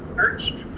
merch.